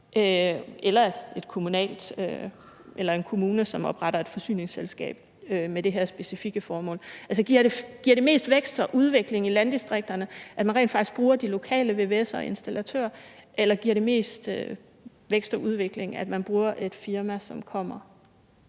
eller en kommune, som opretter et forsyningsselskab med det her specifikke formål? Altså, giver det mest vækst og udvikling i landdistrikterne, at man rent faktisk bruger de lokale vvs'ere og installatører, eller giver det mest vækst og udvikling, at man bruger et firma, som kommer